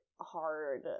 hard